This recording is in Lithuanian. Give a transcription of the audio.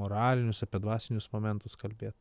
moralinius apie dvasinius momentus kalbėt